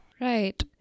Right